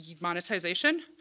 Monetization